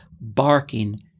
barking